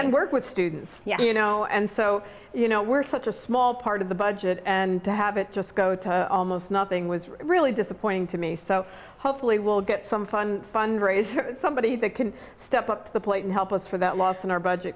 and work with students you know and so you know we're such a small part of the budget and to have it just go to almost nothing was really disappointing to me so hopefully we'll get some fun fundraisers somebody that can step up to the plate and help us for that last in our budget